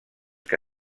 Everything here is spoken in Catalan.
que